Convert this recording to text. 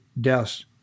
deaths